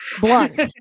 blunt